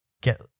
Get